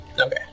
Okay